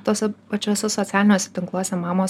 tuose pačiuose socialiniuose tinkluose mamos